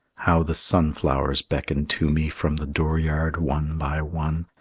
how the sunflowers beckon to me from the dooryard one by one!